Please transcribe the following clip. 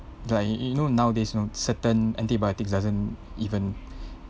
like you know nowadays you know certain antibiotics doesn't even